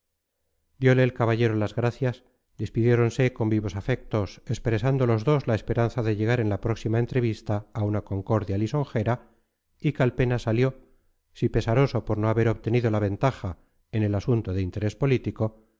diole el caballero las gracias despidiéronse con vivos afectos expresando los dos la esperanza de llegar en la próxima entrevista a una concordia lisonjera y calpena salió si pesaroso por no haber obtenido ventaja en el asunto de interés político